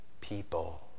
people